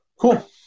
Cool